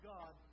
God